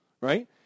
right